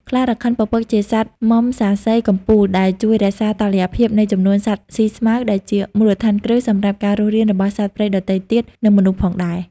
ខ្លារខិនពពកជាសត្វមំសាសីកំពូល ដែលជួយរក្សាតុល្យភាពនៃចំនួនសត្វស៊ីស្មៅ ដែលជាមូលដ្ឋានគ្រឹះសម្រាប់ការរស់រានរបស់សត្វព្រៃដទៃទៀត និងមនុស្សផងដែរ។